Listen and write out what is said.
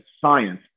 science